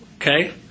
Okay